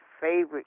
favorite